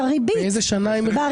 באיזו שנה הם הרוויחו?